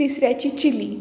तिसऱ्याची chilli